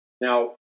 Now